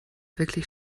wirklich